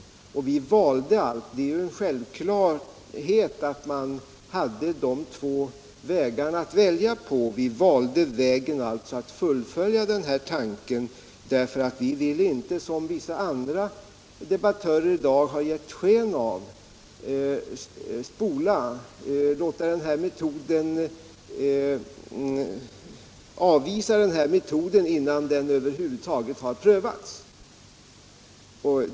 Det är en självklarhet att man hade de två vägarna att välja mellan. Vi valde vägen att fullfölja den här tanken, därför att vi ville inte, som vissa andra debattörer här i dag har gett sken av, avvisa den här metoden innan den över huvud taget hade prövats.